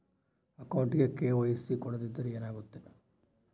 ಅಕೌಂಟಗೆ ಕೆ.ವೈ.ಸಿ ಕೊಡದಿದ್ದರೆ ಏನಾಗುತ್ತೆ?